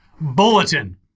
Bulletin